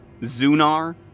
Zunar